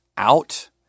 Out